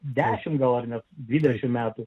dešimt gal net dvidešimt metų